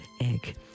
Egg